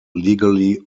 legally